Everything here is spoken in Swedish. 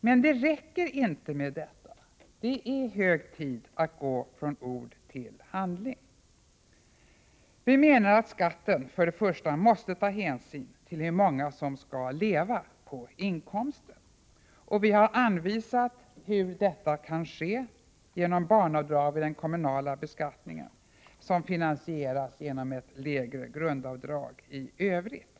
Men det räcker inte med detta. Det är hög tid att gå från ord till handling. Vi menar att man vid utformningen av skatterna måste ta hänsyn till hur många som skall leva på inkomsten. Vi har anvisat hur detta kan ske genom barnavdrag vid den kommunala beskattningen som finansieras genom ett lägre grundavdrag i övrigt.